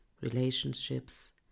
relationships